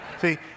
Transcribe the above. See